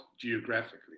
geographically